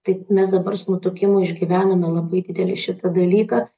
tai mes dabar su nutukimu išgyvename labai didelį šitą dalyką